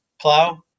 Plow